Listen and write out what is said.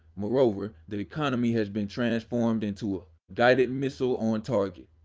moreover, the economy has been transformed into a guided missile on target.